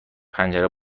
پنجره